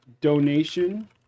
donation